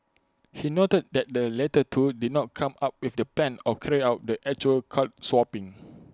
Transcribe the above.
he noted that the latter two did not come up with the plan or carry out the actual card swapping